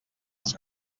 els